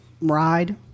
ride